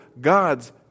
God's